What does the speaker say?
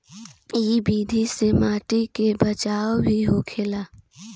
इ विधि से माटी के बचाव भी होखेला